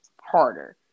harder